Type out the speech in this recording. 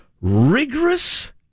rigorous